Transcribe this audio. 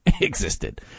existed